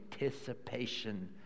anticipation